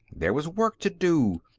there was work to do.